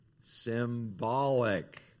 symbolic